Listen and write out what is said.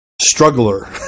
struggler